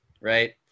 right